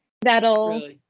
that'll